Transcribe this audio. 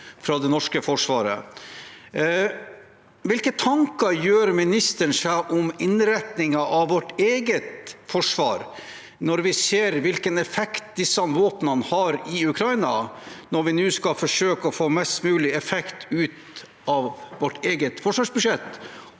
fra det norske forsvaret. Hvilke tanker gjør ministeren seg om innretningen av vårt eget forsvar når vi ser hvilken effekt disse våpnene har i Ukraina, når vi nå skal forsøke å få mest mulig effekt ut av vårt eget forsvarsbudsjett